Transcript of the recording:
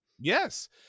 Yes